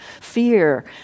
fear